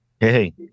Hey